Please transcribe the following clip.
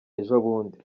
ejobundi